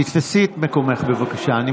תפסי את מקומך, בבקשה.